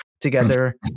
together